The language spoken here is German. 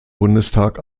bundestag